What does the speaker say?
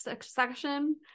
section